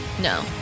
No